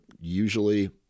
usually